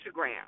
Instagram